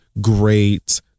great